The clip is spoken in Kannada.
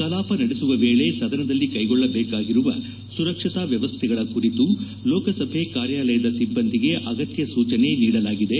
ಕಲಾಪ ನಡೆಸುವ ವೇಳೆ ಸದನದಲ್ಲಿ ಕೈಗೊಳ್ಳಬೇಕಾಗಿರುವ ಸುರಕ್ಷತಾ ವ್ಯವಸ್ಥೆಗಳ ಕುರಿತು ಲೋಕಸಭೆ ಕಾರ್ಯಾಲಯದ ಸಿಬ್ಬಂದಿಗೆ ಅಗತ್ತ ಸೂಚನೆ ನೀಡಲಾಗಿದೆ